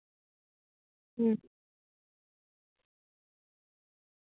ᱦᱩᱸ